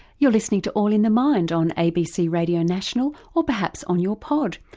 you're listening to all in the mind on abc radio national, or perhaps on your pod.